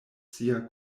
sia